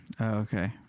Okay